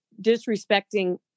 disrespecting